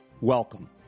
Welcome